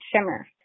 Shimmer